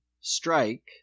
strike